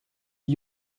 die